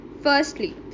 Firstly